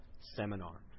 seminar